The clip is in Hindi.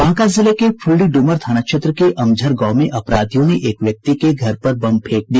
बांका जिले के फुल्लीडुमर थाना क्षेत्र के अमझर गांव में अपराधियों ने एक व्यक्ति के घर पर बम फेंक दिया